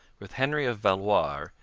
with henry of valois,